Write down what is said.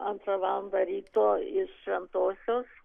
antrą valandą ryto iš šventosios